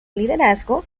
liderazgo